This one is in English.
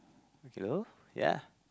hello ya